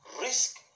risk